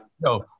no